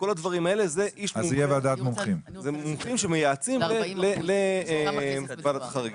זה מומחים שמייעצים לוועדת החריגים.